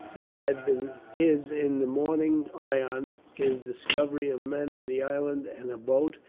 which had been his in the morning ion his discovery of men in the island and a boat,